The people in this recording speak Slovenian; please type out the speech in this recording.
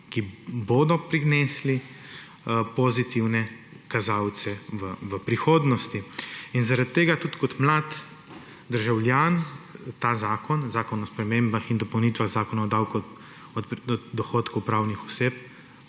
ki bodo prinesli pozitivne kazalce v prihodnosti. Zaradi tega tudi kot mlad državljan ta zakon, zakon o spremembah in dopolnitvah Zakona o davku od dohodkov pravnih oseb,